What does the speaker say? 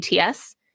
ATS